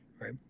right